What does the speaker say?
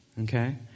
okay